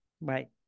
Right